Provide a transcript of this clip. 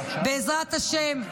בעזרת השם,